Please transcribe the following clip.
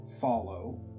follow